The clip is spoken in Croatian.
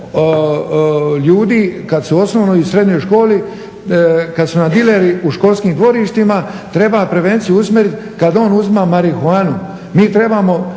ljudi kad su u osnovnoj i srednjoj školi, kad su nam dileri u školskim dvorištima, treba prevenciju usmjerit kad ono uzima marihuanu. Mi trebamo